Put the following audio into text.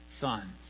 sons